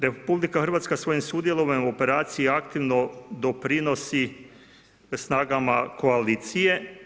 RH svojim sudjelovanjem u operaciji aktivno doprinosi snagama koalicije.